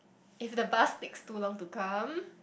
if the bus takes too long to come